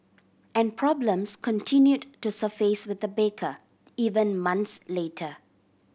and problems continued to surface with the baker even months later